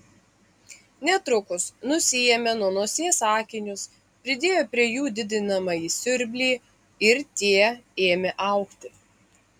netrukus nusiėmė nuo nosies akinius pridėjo prie jų didinamąjį siurblį ir tie ėmė augti